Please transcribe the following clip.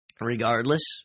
regardless